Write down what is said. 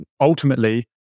ultimately